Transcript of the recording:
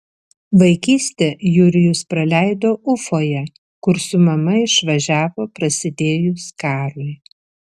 vaikystę jurijus praleido ufoje kur su mama išvažiavo prasidėjus karui